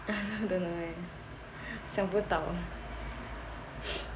don't know leh 想不到